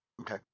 okay